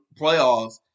playoffs